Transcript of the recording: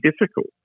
difficult